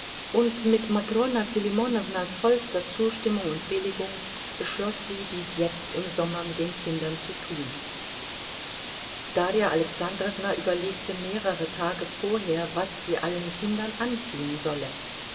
und mit matrona filimonownas vollster zustimmung und billigung beschloß sie dies jetzt im sommer mit den kindern zu tun darja alexandrowna überlegte mehrere tage vorher was sie allen kindern anziehen solle